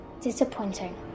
Disappointing